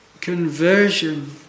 conversion